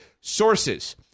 Sources